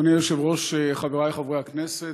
אדוני היושב-ראש, חברי חברי הכנסת,